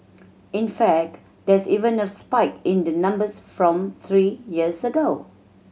in fact there's even a spike in the numbers from three years ago